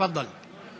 תפאדל.